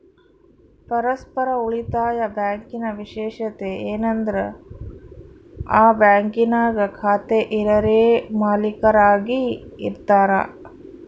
ಪರಸ್ಪರ ಉಳಿತಾಯ ಬ್ಯಾಂಕಿನ ವಿಶೇಷತೆ ಏನಂದ್ರ ಈ ಬ್ಯಾಂಕಿನಾಗ ಖಾತೆ ಇರರೇ ಮಾಲೀಕರಾಗಿ ಇರತಾರ